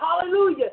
Hallelujah